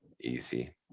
Easy